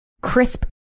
crisp